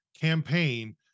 campaign